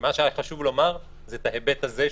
מה שהיה חשוב לומר זה את ההיבט הזה,